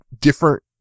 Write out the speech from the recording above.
different